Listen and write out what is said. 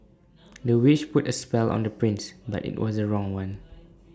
the witch put A spell on the prince but IT was the wrong one